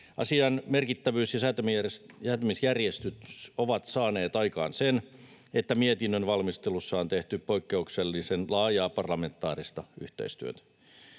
Asian merkittävyys ja säätämisjärjestys ovat saaneet aikaan sen, että mietinnön valmistelussa on tehty poikkeuksellisen laajaa parlamentaarista yhteistyötä.